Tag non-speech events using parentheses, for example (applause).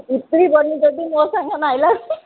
(unintelligible)